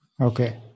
Okay